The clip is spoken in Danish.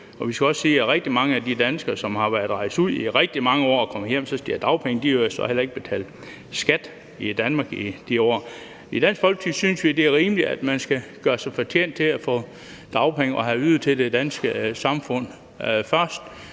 Og det skal også siges, at rigtig mange af de danskere, som har været rejst ud i rigtig mange år og kommer hjem og skal have dagpenge, har jo så heller ikke betalt skat i Danmark i de år. I Dansk Folkeparti synes vi, det er rimeligt, at man skal gøre sig fortjent til at få dagpenge og have ydet noget til det danske samfund først.